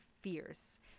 fierce